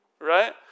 right